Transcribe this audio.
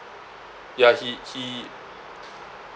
ya he he